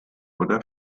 oder